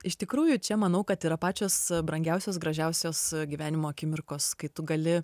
iš tikrųjų čia manau kad yra pačios a brangiausios gražiausios gyvenimo akimirkos kai tu gali